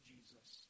Jesus